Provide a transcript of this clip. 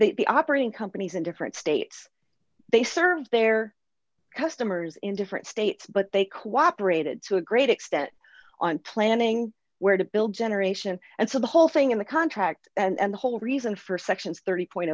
different operating companies in different states they serve their customers in different states but they cooperated to a great extent on planning where to build generation and so the whole thing in the contract and the whole reason for sections thirty point